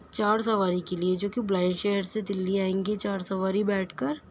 چار سواری کے لیے جو کہ بلند شہر سے دلّی آئیں گی چار سواری بیٹھ کر